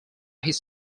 his